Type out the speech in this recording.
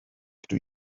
dydw